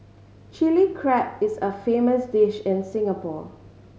Chilli Crab is a famous dish in Singapore